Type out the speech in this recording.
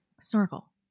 snorkel